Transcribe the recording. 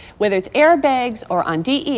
whether it's airbags or on des,